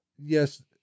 Yes